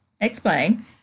Explain